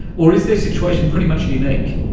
or is their situation pretty much unique?